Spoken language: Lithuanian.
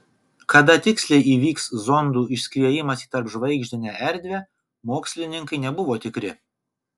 kada tiksliai įvyks zondų išskriejimas į tarpžvaigždinę erdvę mokslininkai nebuvo tikri